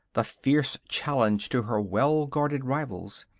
the fierce challenge to her well-guarded rivals.